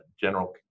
general